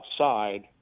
outside